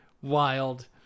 Wild